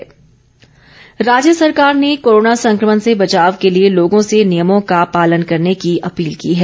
appeal राज्य सरकार ने कोरोना संक्रमण से बचाव के लिए लोगों से नियमों का पालन करने की अपील की है